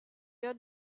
your